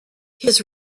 his